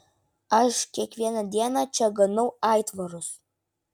aš kiekvieną dieną čia ganau aitvarus